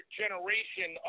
generation